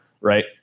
right